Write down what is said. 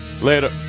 Later